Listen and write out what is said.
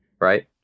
right